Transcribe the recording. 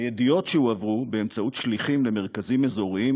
הידיעות הועברו באמצעות שליחים למרכזים אזוריים,